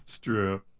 true